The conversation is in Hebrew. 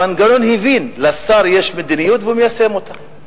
המנגנון הבין שלשר יש מדיניות והוא מיישם אותה.